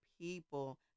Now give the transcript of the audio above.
people